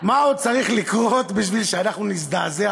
מה עוד צריך לקרות כדי שאנחנו פה נזדעזע